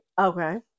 Okay